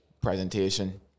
presentation